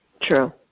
True